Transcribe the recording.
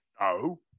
No